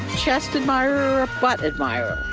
chest admirer or a butt admirer.